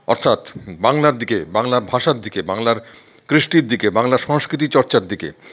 অর্থাৎ বাংলার দিকে বাংলার ভাষার দিকে বাংলার কৃষ্টির দিকে বাংলার সংস্কৃতি চর্চার দিকে